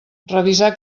revisar